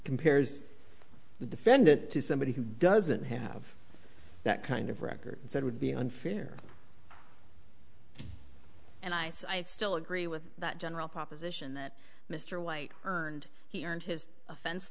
compares the defendant to somebody who doesn't have that kind of record said would be unfair and i say i still agree with that general proposition that mr white earned he earned his offense